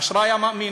אשרי המאמין.